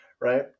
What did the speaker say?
Right